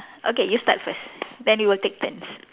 okay you start first then we will take turns